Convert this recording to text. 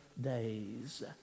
days